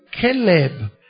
Caleb